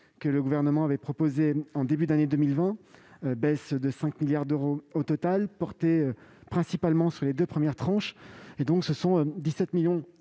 que le Gouvernement avait proposée au début de l'année 2020. Cette baisse, de 5 milliards d'euros au total, portait principalement sur les deux premières tranches. Ce sont ainsi 17,5 millions